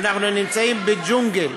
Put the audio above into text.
אנחנו נמצאים בג'ונגל.